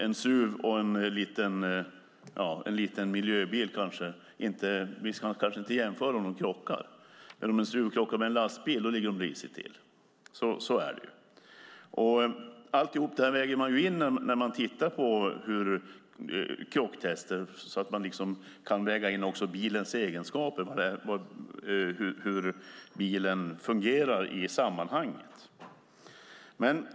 En SUV och en liten miljöbil kanske vi inte ska jämföra om de krockar. Men om en SUV krockar med en lastbil ligger den risigt till. Allt detta väger man in när man tittar på krocktester - bilens egenskaper och hur bilen fungerar i sammanhanget.